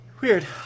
Weird